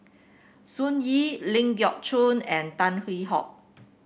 Sun Yee Ling Geok Choon and Tan Hwee Hock